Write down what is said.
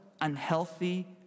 unhealthy